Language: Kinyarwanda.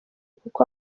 kuko